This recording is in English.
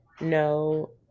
no